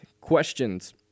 questions